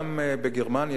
גם בגרמניה,